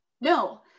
No